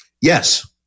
Yes